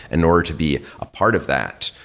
and order to be part of that,